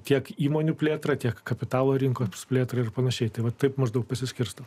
tiek įmonių plėtrą tiek kapitalo rinkos plėtrą ir panašiai tai va taip maždaug pasiskirsto